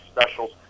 specials